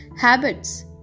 habits